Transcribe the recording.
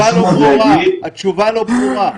חשוב מאוד להגיד --- התשובה לא ברורה.